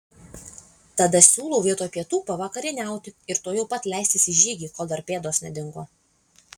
tada siūlau vietoj pietų pavakarieniauti ir tuojau pat leistis į žygį kol dar pėdos nedingo